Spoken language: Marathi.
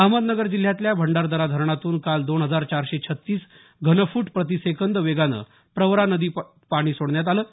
अहमदनगर जिल्ह्यातल्या भंडारादरा धरणातून काल दोन हजार चारशे छत्तीस घनफूट प्रतिसेकंद वेगानं प्रवरा नदीत पाणी सोडण्यात आलं आहे